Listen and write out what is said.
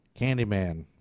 Candyman